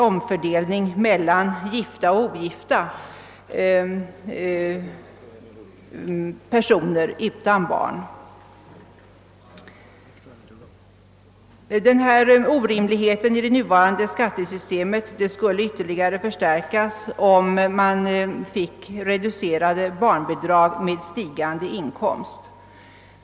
Orimligheterna i det nuvarande skattesystemet skulle förstärkas ytterligare, om barnbidraget reducerades med stigande inkomster.